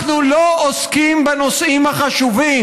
אנחנו לא עוסקים בנושאים החשובים.